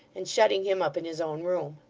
and shutting him up in his own room.